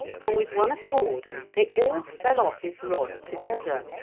for, with one accord, they all fell off his rod together,